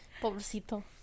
pobrecito